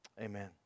amen